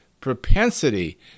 propensity